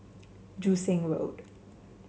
Joo Seng Road